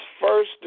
first